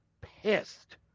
pissed